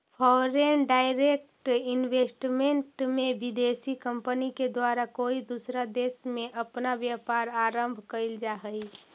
foreign direct investment में विदेशी company के द्वारा कोई दूसरा देश में अपना व्यापार आरंभ कईल जा हई